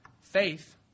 Faith